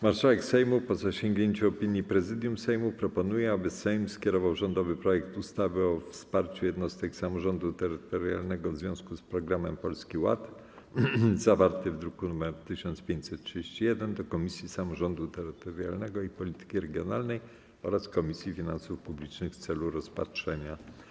Marszałek Sejmu, po zasięgnięciu opinii Prezydium Sejmu, proponuje, aby Sejm skierował rządowy projekt ustawy o wsparciu jednostek samorządu terytorialnego w związku z Programem Polski Ład, zawarty w druku nr 1531, do Komisji Samorządu Terytorialnego i Polityki Regionalnej oraz Komisji Finansów Publicznych w celu rozpatrzenia.